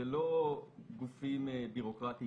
אלו לא גופים בירוקרטיים